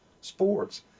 sports